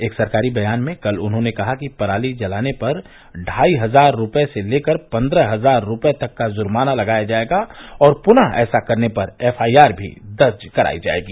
एक सरकारी बयान में कल उन्होंने कहा कि पराली जलाने पर ढाई हजार रूपये से लेकर पंद्रह हजार रूपये तक का जुर्मना लगाया जाएगा और पुनः ऐसा करने पर एफ आईआर भी दर्ज करायी जाएगी